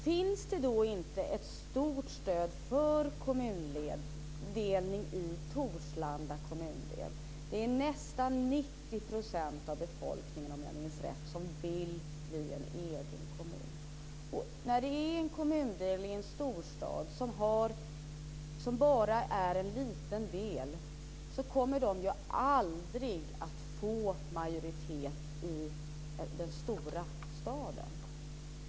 Finns det då inte ett stort stöd för kommundelning i Torslanda kommundel? Det är nästan 90 % av befolkningen, om jag minns rätt, som vill bilda en egen kommun. När det handlar om en kommundelning i en storstad där kommundelen bara är en liten del så kommer den ju aldrig att få majoritet i den stora staden.